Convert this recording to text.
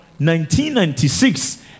1996